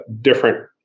different